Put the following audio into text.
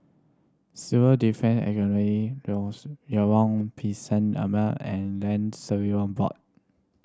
Civil Defence Academy Lorong Pisang Ema and Land Surveyor Board